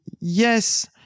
yes